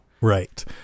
Right